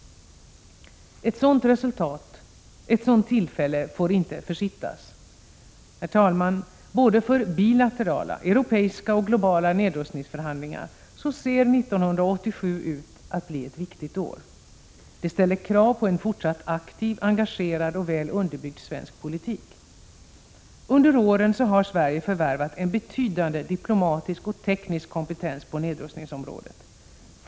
Ett sådant tillfälle får inte försittas. Herr talman! Både för bilaterala, europeiska och globala nedrustningsförhandlingar ser 1987 ut att bli ett viktigt år. Det ställer krav på en fortsatt aktiv, engagerad och väl underbyggd svensk politik. Under åren har Sverige förvärvat en betydande diplomatisk och teknisk kompetens på nedrustningsområdet.